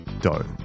dough